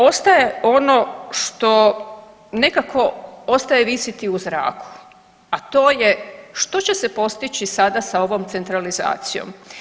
Ostaje ono što nekako ostaje visiti u zraku, a to je što će se postići sada sa ovom centralizacijom.